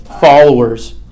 followers